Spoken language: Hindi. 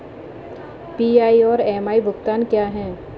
पी.आई और एम.आई भुगतान क्या हैं?